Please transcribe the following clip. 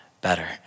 better